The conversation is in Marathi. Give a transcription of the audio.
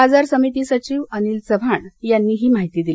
बाजार समिती सचिव अनिल चव्हाण यांनी ही माहिती दिली